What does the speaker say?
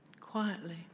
quietly